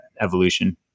evolution